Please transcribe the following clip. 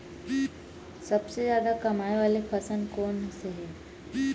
सबसे जादा कमाए वाले फसल कोन से हे?